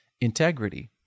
integrity